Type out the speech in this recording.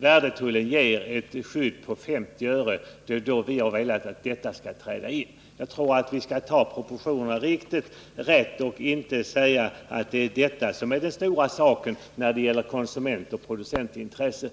värdetullen inte ger ett skydd på 50 öre. I sådana fall skall minimivikttullen träda in. Jag tycker att man skall visa sinne för proportioner och inte hävda att vikttullen är den stora frågan här för konsumentoch producentintressena.